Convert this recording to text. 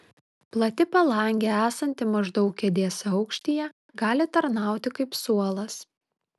plati palangė esanti maždaug kėdės aukštyje gali tarnauti kaip suolas